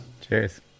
Cheers